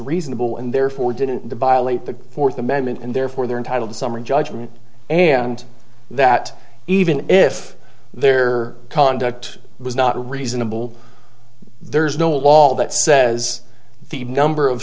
reasonable and therefore didn't violate the fourth amendment and therefore they're entitled to summary judgment and that even if their conduct was not reasonable there's no law that says the number of